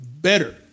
better